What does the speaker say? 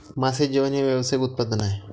मासे जेवण हे व्यावसायिक उत्पादन आहे